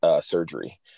surgery